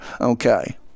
Okay